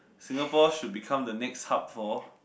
Singapore should become the next hub for